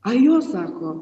a jo sako